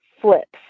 flips